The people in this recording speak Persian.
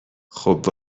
خوب